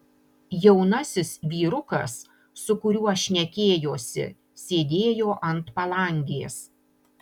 jaunasis vyrukas su kuriuo šnekėjosi sėdėjo ant palangės